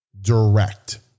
direct